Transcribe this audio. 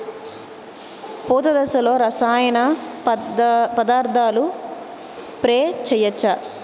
పూత దశలో రసాయన పదార్థాలు స్ప్రే చేయచ్చ?